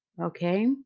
Okay